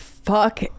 fuck